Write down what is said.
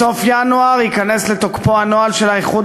בסוף ינואר ייכנס לתוקפו הנוהל של האיחוד